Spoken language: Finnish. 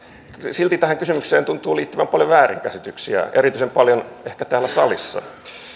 silti tähän kysymykseen tuntuu liittyvän paljon väärinkäsityksiä erityisen paljon ehkä täällä salissa